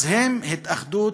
הם התאחדות,